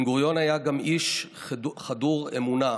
בן-גוריון היה גם איש חדור אמונה.